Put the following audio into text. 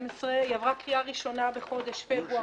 12). היא עברה קריאה ראשונה בחודש פברואר